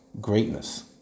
greatness